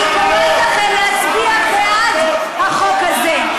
אני קוראת לכם להצביע בעד החוק הזה.